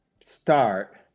start